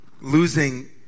losing